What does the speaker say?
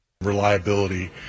reliability